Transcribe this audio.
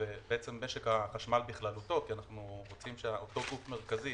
ובעצם משק החשמל בכללותו כי אנחנו רוצים שאותו גוף מרכזי